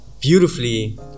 beautifully